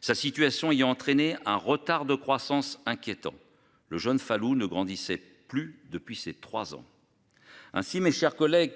Sa situation, il y entraîné un retard de croissance inquiétant le jeune Fallout ne grandissait plus depuis ces 3 ans. Hein si mes chers collègues